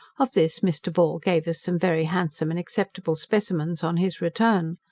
of this mr. ball gave us some very handsome and acceptable specimens on his return.